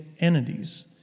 entities